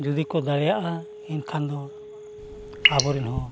ᱡᱩᱫᱤ ᱠᱚ ᱫᱟᱲᱮᱭᱟᱜᱼᱟ ᱮᱱᱠᱷᱟᱱ ᱫᱚ ᱟᱵᱚ ᱨᱮᱱ ᱦᱚᱸ